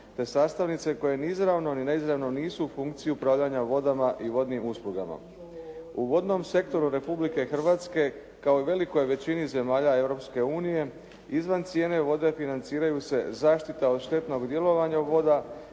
te sastavnice koje ni izravno ni neizravno nisu u funkciji upravljanja vodama i vodnim uslugama. U vodnom sektoru Republike Hrvatske kao i velikoj većini zemalja Europske unije izvan cijene vode financiraju se zaštita od štetnog djelovanja voda,